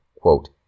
quote